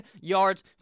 yards